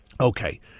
Okay